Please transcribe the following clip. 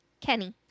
Kenny